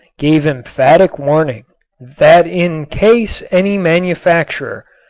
gave emphatic warning that in case any manufacturer,